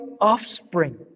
offspring